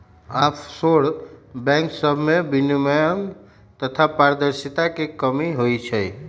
offshore bank सभमें विनियमन तथा पारदर्शिता के कमी होइ छइ